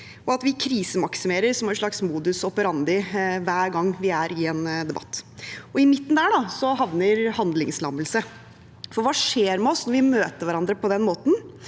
og at vi krisemaksimerer som en slags modus operandi hver gang vi er i en debatt. I midten der havner handlingslammelse, for hva skjer med oss når vi møter hverandre på den måten?